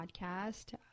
podcast